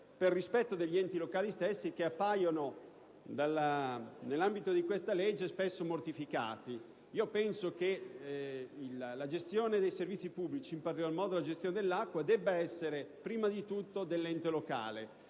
per rispetto degli enti locali stessi, che nell'ambito di questa legge appaiono spesso mortificati. Penso che la gestione dei servizi pubblici, in particolar modo la gestione dell'acqua, debba essere prima di tutto dell'ente locale.